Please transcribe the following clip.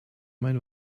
mein